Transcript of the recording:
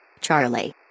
Charlie